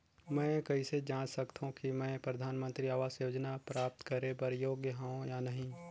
मैं कइसे जांच सकथव कि मैं परधानमंतरी आवास योजना प्राप्त करे बर योग्य हववं या नहीं?